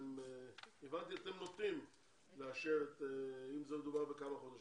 הבנתי שאתם נוטים לאשר אם מדובר בכמה חודשים,